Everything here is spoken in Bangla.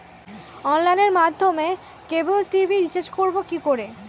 অনলাইনের মাধ্যমে ক্যাবল টি.ভি রিচার্জ করব কি করে?